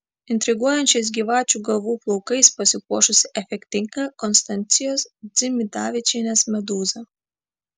intriguojančiais gyvačių galvų plaukais pasipuošusi efektinga konstancijos dzimidavičienės medūza